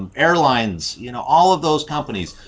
um airlines. you know, all of those companies.